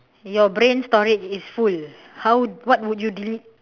your brain storage is full how what would you delete